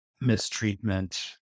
mistreatment